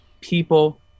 people